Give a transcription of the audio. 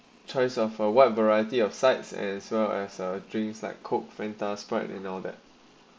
choice of a wide variety of sites as well as a drinks like coke fanta sprite you know that